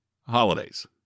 holidays